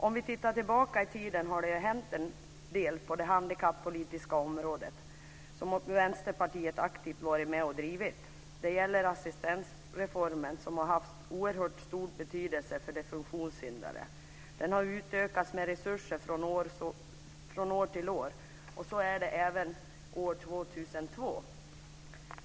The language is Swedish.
När vi tittar tillbaka i tiden har det hänt en hel del på det handikappolitiska området, som Vänsterpartiet aktivt har varit med och drivit. Det gäller assistansreformen som har haft oerhört stor betydelse för de funktionshindrade. Resurserna har utökats år från år, så även 2002.